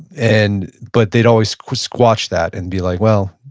and but they'd always squash that and be like, well,